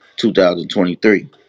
2023